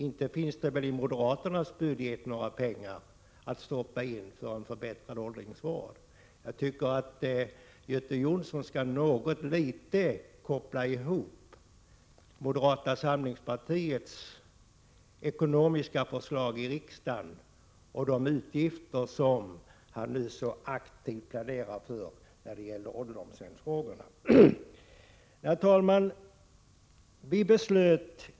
Inte finns det väli moderaternas budget några pengar att stoppa in för att åstadkomma en förbättrad åldringsvård? Jag tycker att Göte Jonsson åtminstone litet grand skall koppla ihop moderata samlingspartiets ekono miska förslag i riksdagen med de utgifter som han nu så aktivt pläderar för i ålderdomshemsfrågorna. Herr talman!